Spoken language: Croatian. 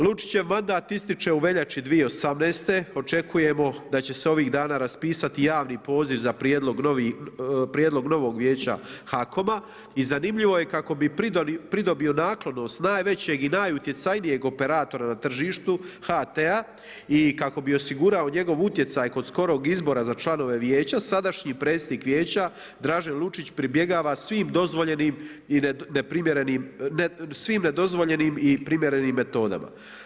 Lučićev mandat ističe u veljači 2018. očekujemo da će se ovih dana raspisati javni poziv za prijedlog novog vijeća HAKOM-a i zanimljivo je kako bi pridobio naklonost najvećeg i najutjecajnijeg operatora na tržištu, HT-a i kako bi osigurao njegov utjecaj kod skorog izbora za članove vijeća, sadašnji predsjednik vijeća, Držen Lucić pribjegava svim dozvoljenim i neprimjerenim, svim dozvoljenim i primjerenim metodama.